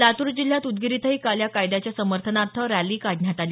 लातूर जिल्ह्यात उदगीर इथंही काल या कायद्याच्या समर्थनार्थ रॅली काढण्यात आली